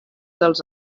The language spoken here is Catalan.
dels